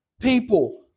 people